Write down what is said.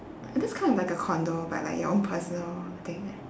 that's kinda like a condo but like your own personal things